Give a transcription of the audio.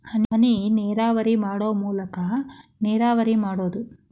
ಹನಿನೇರಾವರಿ ಮಾಡು ಮೂಲಾಕಾ ನೇರಾವರಿ ಮಾಡುದು